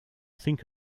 think